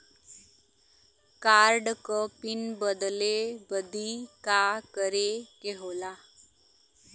Card क pin बदले बदी का करे के होला?